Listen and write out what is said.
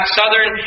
southern